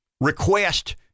request